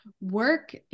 work